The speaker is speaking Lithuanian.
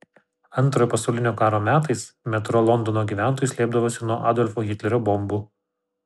antrojo pasaulinio karo metais metro londono gyventojai slėpdavosi nuo adolfo hitlerio bombų